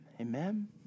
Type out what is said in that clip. Amen